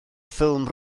ffilm